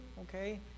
okay